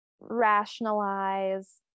rationalize